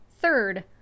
Third